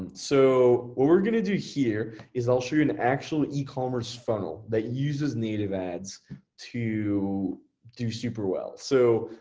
so, what we're gonna do here, is i'll show you an actually ecommerce funnel that uses native ads to do super well. so,